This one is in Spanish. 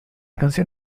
canción